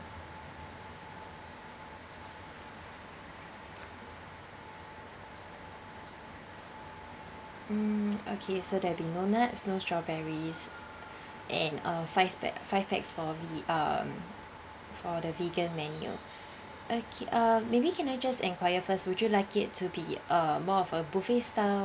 mm okay so there be no nuts no strawberries and uh five specs five packs for the um for the vegan menu okay uh maybe can I just enquire first would you like it to be a more of a buffet style